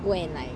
do and like